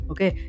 Okay